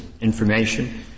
information